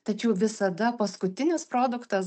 tačiau visada paskutinis produktas